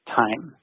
time